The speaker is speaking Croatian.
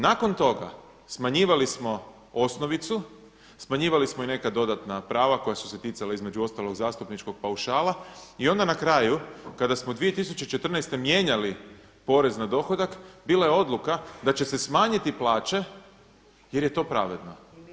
Nakon toga smanjivali smo osnovicu, smanjivali smo i neka dodatna prava koja su se ticala između ostalog zastupničkog paušala i onda na kraju kada smo 2014. mijenjali porez na dohodak bila je odluka da će se smanjiti jer je to pravedno.